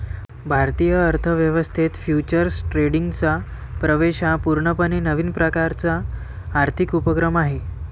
भारतीय अर्थ व्यवस्थेत फ्युचर्स ट्रेडिंगचा प्रवेश हा पूर्णपणे नवीन प्रकारचा आर्थिक उपक्रम आहे